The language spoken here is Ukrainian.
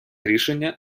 рішення